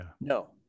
No